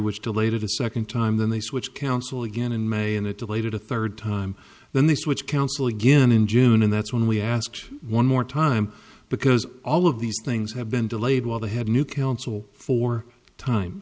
which delayed it a second time then they switch counsel again in may and it delayed it a third time then they switch counsel again in june and that's when we asked one more time because all of these things have been delayed while they had new counsel four time